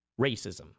Racism